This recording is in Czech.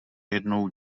jednou